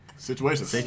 Situations